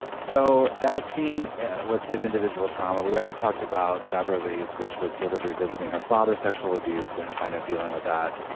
so that scene was his individual trauma. we already talked about beverly's which was sort of revisiting her father's sexual abuse and kind of dealing with that.